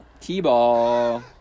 T-ball